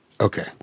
okay